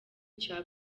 cya